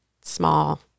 small